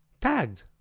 tagged